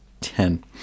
ten